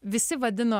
visi vadino